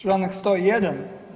Članak 101.